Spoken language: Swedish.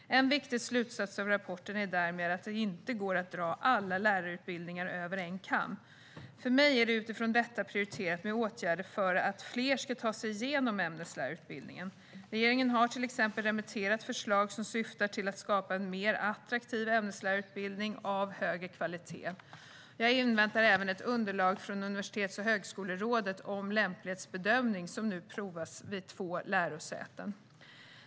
En viktig slutsats av rapporten är därmed att det inte går att dra alla lärarutbildningar över en kam. För mig är det utifrån detta prioriterat med åtgärder för att fler ska ta sig igenom ämneslärarutbildningen. Regeringen har till exempel remitterat förslag som syftar till att skapa en mer attraktiv ämneslärarutbildning av högre kvalitet. Jag inväntar även underlag från Universitets och högskolerådet om lämplighetsbedömning, som nu provats vid två lärosäten.